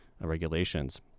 regulations